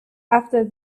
after